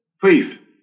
faith